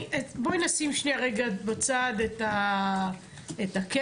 בואי נשים רגע בצד את הקשר.